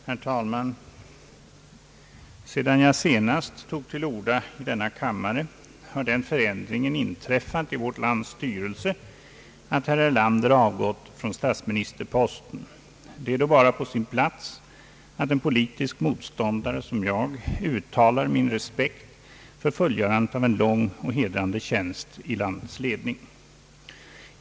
Herr talman! Sedan jag senast tog till orda i denna kammare har den förändringen inträffat i vårt lands styrelse att herr Erlander avgått från statsministerposten. Det är då bara på sin plats att en politisk motståndare som jag uttalar sin respekt för fullgörandet av en lång och hedrande tjänst i landets ledning.